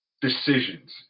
decisions